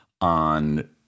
on